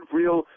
real